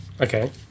Okay